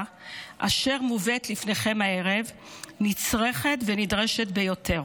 אשר מובאת לפניכם הערב נצרכת ונדרשת ביותר